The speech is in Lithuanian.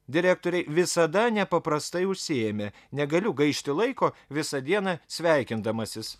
direktoriai visada nepaprastai užsiėmę negaliu gaišti laiko visą dieną sveikindamasis